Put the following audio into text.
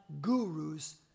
gurus